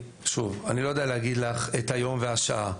שוב, אני לא יודע להגיד לך את היום והשעה.